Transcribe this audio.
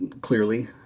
clearly